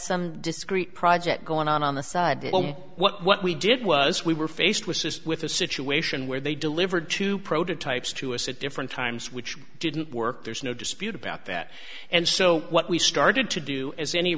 some discreet project going on on the side what we did was we were faced with this with a situation where they delivered two prototypes to us at different times which didn't work there's no dispute about that and so what we started to do as any